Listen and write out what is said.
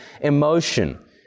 emotion